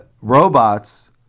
robots